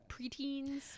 Preteens